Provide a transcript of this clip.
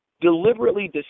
deliberately